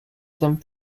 some